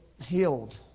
healed